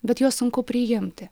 bet juos sunku priimti